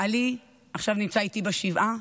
בעלי עכשיו נמצא איתי בשבעה,